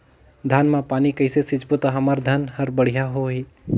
धान मा पानी कइसे सिंचबो ता हमर धन हर बढ़िया होही?